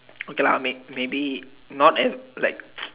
okay lah may maybe not ev like